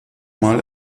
mal